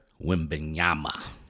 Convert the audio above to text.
Wimbenyama